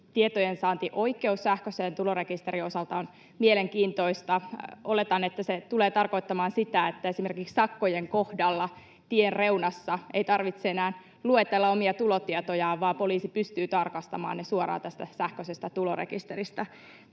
tietojensaantioikeus sähköisen tulorekisterin osalta on mielenkiintoista. Oletan, että se tulee tarkoittamaan sitä, että esimerkiksi sakkojen kohdalla tienreunassa ei tarvitse enää luetella omia tulotietojaan, vaan poliisi pystyy tarkastamaan ne suoraan tästä sähköisestä tulorekisteristä.